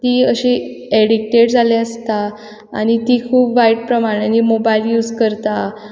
तीं अशीं एडिक्टेड जालें आसता आनी तीं खूब वायट प्रमाणें मोबायल यूज करता